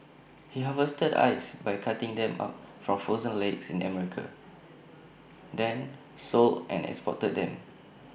he harvested ice by cutting them up from frozen lakes in America then sold and exported them